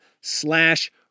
slash